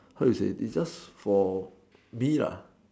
how you say it's just for me lah